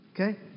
Okay